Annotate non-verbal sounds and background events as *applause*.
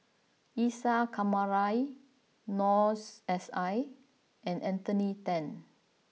Isa Kamari Noor *hesitation* S I and Anthony Then